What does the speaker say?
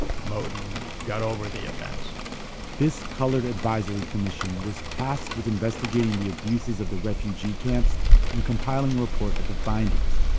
moton got over the offense this colored advisory commission was tasked with investigating the abuses of the refugee camps and compiling a report of the findings.